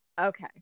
okay